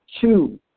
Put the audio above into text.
two